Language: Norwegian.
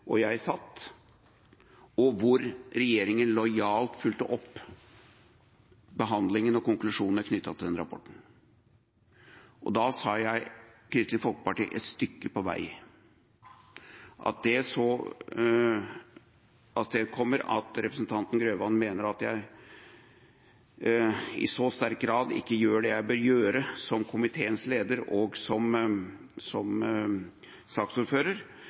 og jeg satt, og hvor regjeringa lojalt fulgte opp behandlingen og konklusjoner knyttet til den rapporten. Og da sa jeg: «Kristelig Folkeparti et stykke på vei». At det så avstedkommer at representanten Grøvan mener at jeg i så sterk grad ikke gjør det jeg bør gjøre som komiteens leder og som saksordfører,